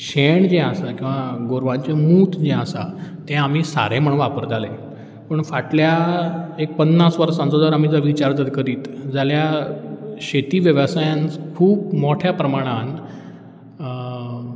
शेण जें आसा किंवा गोरवांचें मूत जें आसा तें आमी सारें म्हण वापरताले पूण फाटल्या एक पन्नास वर्सांचो जर आमी जर विचार जर करीत जाल्या शेती वेवसायान खूब मोठ्या प्रमाणान